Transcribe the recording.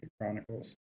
Chronicles